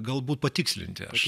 galbūt patikslinti aš